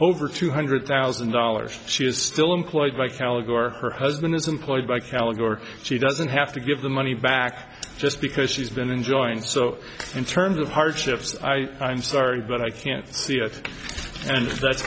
over two hundred thousand dollars she is still employed by caligari her husband is employed by calendar she doesn't have to give the money back just because she's been enjoying so in terms of hardships i am sorry but i can't see it and that